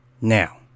Now